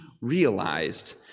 realized